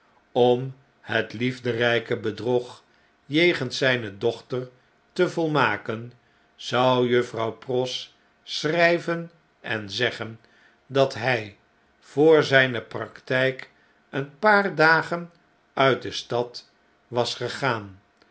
om het liefderpe bedrog jegens zflne dochter te volmaken zou juffrouw pross schry'ven en zeggen dat hij voor zijne praktyk een paar dagen uit de stad was gegaan